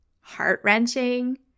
heart-wrenching